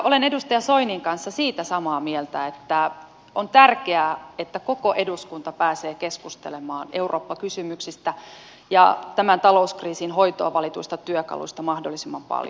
olen edustaja soinin kanssa siitä samaa mieltä että on tärkeää että koko eduskunta pääsee keskustelemaan eurooppa kysymyksistä ja tämän talouskriisin hoitoon valituista työkaluista mahdollisimman paljon